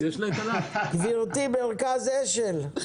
גברתי, מרכז השל,